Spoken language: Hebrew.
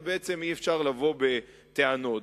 ובעצם אי-אפשר לבוא בטענות.